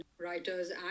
writers